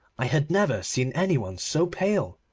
i had never seen any one so pale.